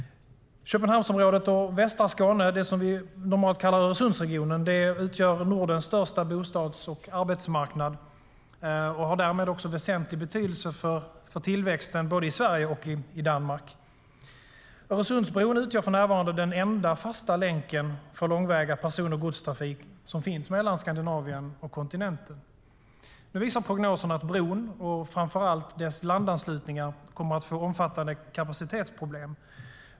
Köpenhamnsområdet och västra Skåne, det vi normalt kallar Öresundsregionen, utgör Nordens största bostads och arbetsmarknad och har därmed också väsentlig betydelse för tillväxten både i Sverige och Danmark. Öresundsbron utgör för närvarande den enda fasta länken för långväga person och godstrafik som finns mellan Skandinavien och kontinenten. Nu visar prognoserna att bron och framför allt dess landanslutningar kommer att få omfattande kapacitetsproblem.